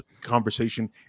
conversation